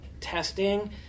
testing